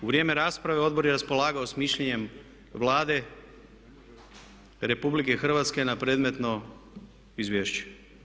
U vrijeme rasprave odbor je raspolagao s mišljenjem Vlade RH na predmetno izvješće.